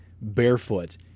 barefoot